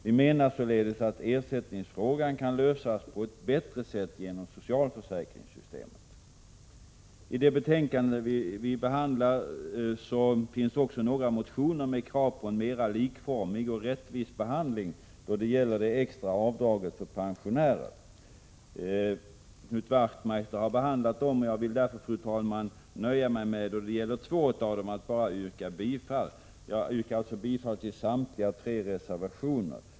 Vi anser således att ersättningsfrågan kan lösas på ett bättre sätt genom socialförsäkringssystemet. I det nu aktuella betänkandet finns också några motioner med krav på en mera likformig och rättvis behandling då det gäller det extra avdraget för pensionärer. Knut Wachtmeister har behandlat dessa motioner. Jag vill därför nöja mig med att, när det gäller två av dem, bara yrka bifall. Jag yrkar alltså bifall till samtliga tre reservationer.